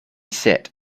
set